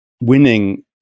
winning